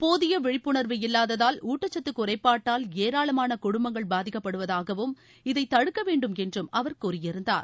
போதிய விழிப்புணர்வு இல்லாததால் ஊட்டச்சத்து குறைபாட்டால் ஏராளமான குடும்பங்கள் பாதிக்கப்படுவதாகவும் இதை தடுக்க வேண்டும் என்றும் அவர் கூறியிருந்தார்